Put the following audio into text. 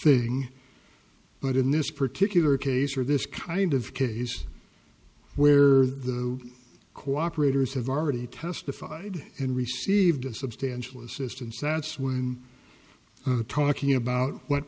thing but in this particular case or this kind of case where the cooperators have already testified and received substantial assistance that's when talking about what